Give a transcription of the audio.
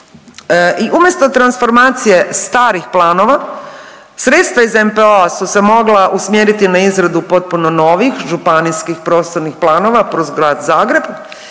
I umjesto transformacije starih planova, sredstva iz NPOO-a su se mogla usmjeriti na izradu potpuno novih županijskih prostornih planova …/Govornik se